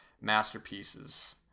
masterpieces